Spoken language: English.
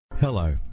Hello